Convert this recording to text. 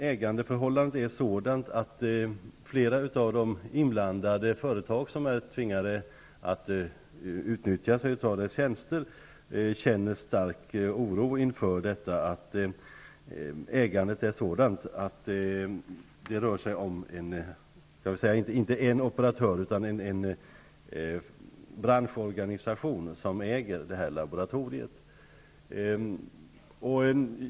Ägandeförhållandena är emellertid sådana att flera av de inblandade företagen som är tvingade att utnyttja laboratoriets tjänster känner en stark oro inför att det inte är en operatör utan en branschorganisation som äger detta laboratorium.